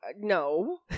No